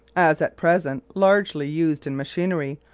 as at present largely used in machinery,